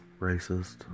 racist